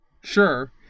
Sure